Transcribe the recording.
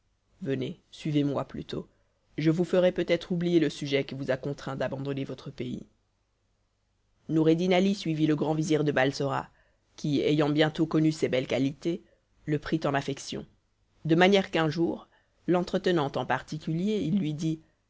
venez suivez-moi plutôt je vous ferai peut-être oublier le sujet qui vous a contraint d'abandonner votre pays noureddin ali suivit le grand vizir de balsora qui ayant bientôt connu ses belles qualités le prit en affection de manière qu'un jour l'entretenant en particulier il lui dit